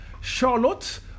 Charlotte